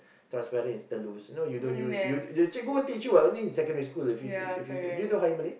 transparent is telus you know you don't use you the cikgu won't teach you what only in secondary school if you if you do you do higher Malay